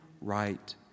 right